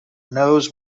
knows